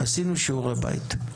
עשינו שיעורי בית.